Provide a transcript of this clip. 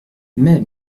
mais